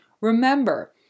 Remember